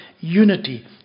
unity